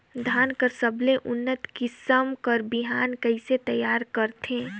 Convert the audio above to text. धान कर सबले उन्नत किसम कर बिहान कइसे तियार करथे?